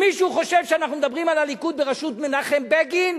אם מישהו חושב שאנחנו מדברים על הליכוד בראשות מנחם בגין,